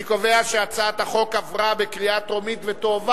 אני קובע שהצעת החוק עברה בקריאה טרומית ותועבר